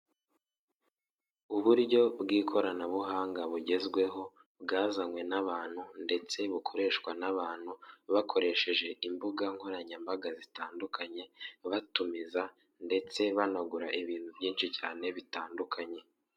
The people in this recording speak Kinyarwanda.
Uburyo bw'ikoranabuhanga bugezweho bwazanywe n'abantu ndetse bukoreshwa n'abantu bakoresheje imbuga nkoranyambaga zitandukanye batumiza ndetse banagura ibintu byinshi cyane bitandukanye.